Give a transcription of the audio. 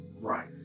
Right